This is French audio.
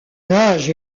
nage